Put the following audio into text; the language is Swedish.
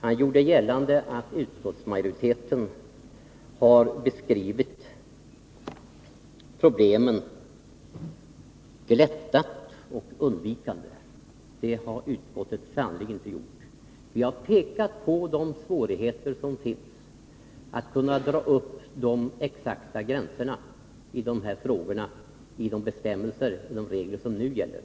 Han gjorde gällande att utskottsmajoriteten har beskrivit problemen glättat och undvikande. Det har utskottet sannerligen Vissa frågor röinte gjort. Vi har pekat på svårigheterna att kunna dra upp de exakta rande den statliga gränserna i de här frågorna enligt de regler och bestämmelser som nu gäller.